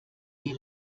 die